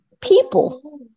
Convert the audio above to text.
people